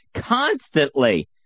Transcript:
constantly